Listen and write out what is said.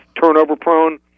turnover-prone